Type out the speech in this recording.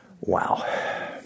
Wow